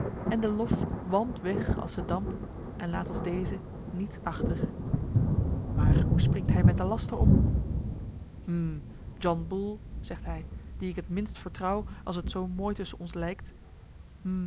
en de lof walmt weg als de damp en laat als deze n i e t s achter maar hoe springt hij met den laster om hm john bull zegt hij dien ik het minst vertrouw als het zoo mooi tusschen ons lijkt